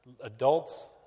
adults